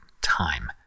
time